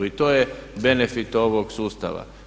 I to je benefit ovog sustava.